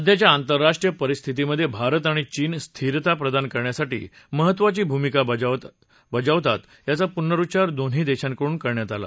सध्याच्या आंतर्राष्ट्रीय परिस्थितीमधे भारत आणि चीन स्थिरता प्रदान करण्यासाठी महत्त्वाची भूमिका बजावतात याचा पुनरुच्चार दोन्ही देशांकडून करण्यात आला